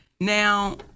Now